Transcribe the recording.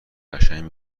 قشنگ